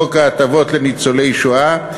חוק ההטבות לניצולי שואה,